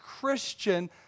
Christian